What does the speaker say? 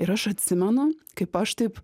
ir aš atsimenu kaip aš taip